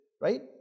right